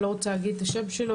אני לא רוצה להגיד את שמו,